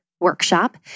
Workshop